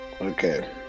Okay